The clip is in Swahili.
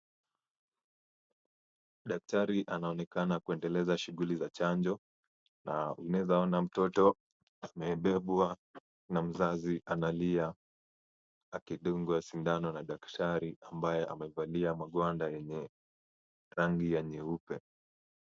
Daktari anaonekana kwendeleza shughuli za chanjo na unaeza ona mtoto amebebwa na mzazi analia akidungwa sindano na daktari, ambaye amevalia magwanda yenye rangi ya nyeupe.